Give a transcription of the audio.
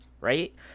right